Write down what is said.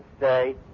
say